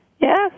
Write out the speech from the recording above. yes